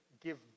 give